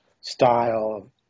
style